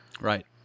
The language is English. Right